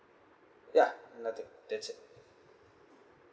yeuh nothing that's it